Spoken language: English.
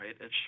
right